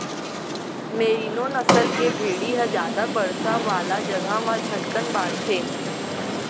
मेरिनों नसल के भेड़ी ह जादा बरसा वाला जघा म झटकन बाढ़थे